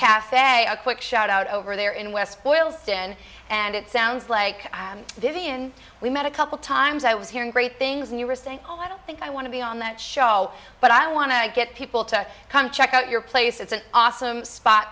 caf a quick shout out over there in west boyle thin and it sounds like vivienne we met a couple times i was hearing great things and you were saying oh i don't think i want to be on that show but i want to get people to come check out your place it's an awesome spot